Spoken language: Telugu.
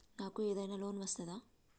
నాకు ఏదైనా లోన్ వస్తదా?